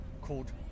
called